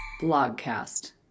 Blogcast